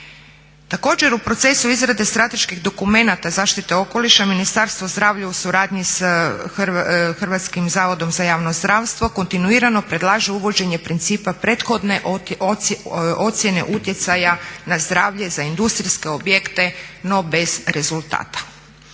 Također u procesu izrade strateških dokumenta zaštite okoliša Ministarstvo zdravlja u suradnji sa Hrvatskim zavodom za javno zdravstvo kontinuirano predlaže uvođenje principa prethodne ocjene utjecaja na zdravlje za industrijske objekte, no bez rezultata.